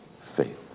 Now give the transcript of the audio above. faith